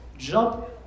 Jump